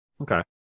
okay